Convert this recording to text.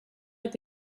est